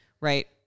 Right